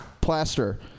plaster